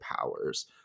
powers